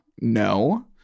No